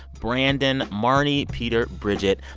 brandon, marnie, peter, bridget,